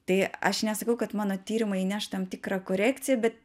tai aš nesakau kad mano tyrimai įneš tam tikrą korekciją bet